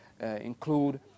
include